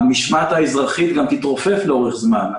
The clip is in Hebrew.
המשמעת האזרחית תתרופף לאורך זמן.